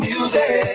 Music